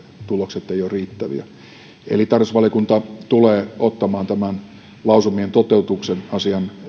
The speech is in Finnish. tulokset eivät ole riittäviä tarkastusvaliokunta tulee ottamaan tämän lausumien toteutuksen asian